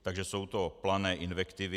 Takže jsou to plané invektivy.